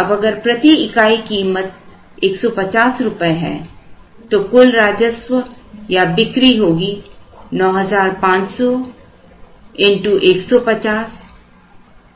अब अगर प्रति इकाई कीमत ₹150 है तो कुल राजस्व या बिक्री होगी 9500 गुना